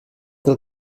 del